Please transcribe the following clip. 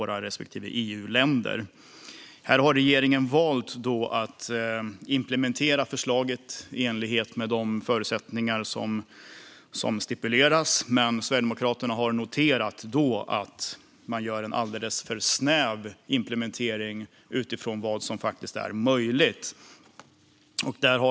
Regeringen har valt att implementera förslaget i enlighet med de förutsättningar som stipuleras. Men Sverigedemokraterna har noterat att man gör en alldeles för snäv implementering utifrån vad som faktiskt är möjligt.